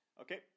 Okay